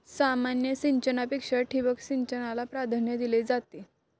सामान्य सिंचनापेक्षा ठिबक सिंचनाला प्राधान्य दिले जाते